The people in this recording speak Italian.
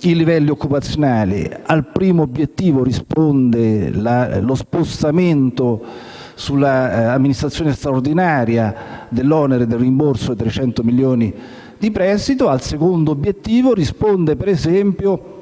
i livelli occupazionali. Al primo obiettivo risponde lo spostamento sull'amministrazione straordinaria dell'onere del rimborso dei 300 milioni di prestito; al secondo obiettivo risponde, per esempio,